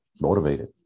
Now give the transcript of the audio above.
motivated